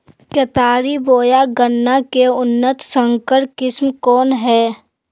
केतारी बोया गन्ना के उन्नत संकर किस्म कौन है?